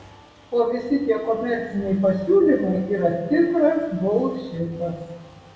o visi tie komerciniai pasiūlymai yra tikras bulšitas